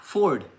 Ford